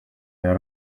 yari